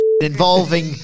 involving